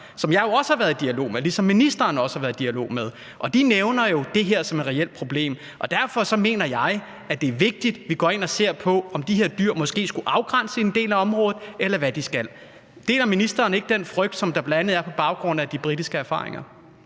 som jeg jo også har været i dialog med, ligesom ministeren også har været i dialog med dem. De nævner det her som et reelt problem, og derfor mener jeg, at det er vigtigt, at vi går ind og ser på, om de her dyr måske skulle afgrænses til en del af området, eller hvad de skal. Deler ministeren ikke den frygt, som der bl.a. er på baggrund af de britiske erfaringer?